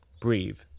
Breathe